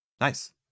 Nice